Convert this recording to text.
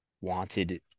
wanted